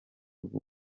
rwo